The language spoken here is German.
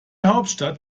hauptstadt